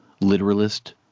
literalist